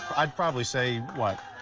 i'd probably say, what,